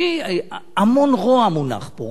המון רוע מונח פה.